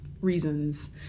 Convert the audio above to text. reasons